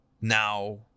Now